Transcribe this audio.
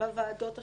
בוועדות השונות,